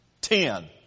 Ten